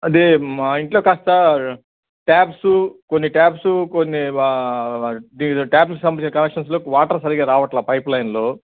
అదే మా ఇంట్లో కాస్త ట్యాప్సు కొన్ని ట్యాప్సు కొన్ని ఇది ట్యాప్కు సంబంధించిన కనెక్షన్స్లో వాటర్ సరిగా రావట్ల పైప్లైన్లో